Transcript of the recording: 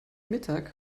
mittag